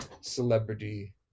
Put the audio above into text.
celebrity